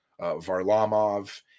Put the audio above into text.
varlamov